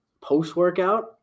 post-workout